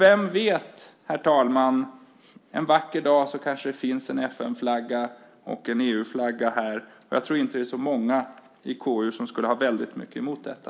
Vem vet, herr talman, en vacker dag kanske det finns en FN-flagga och en EU-flagga här, och jag tror inte att särskilt många i KU skulle ha så mycket emot detta.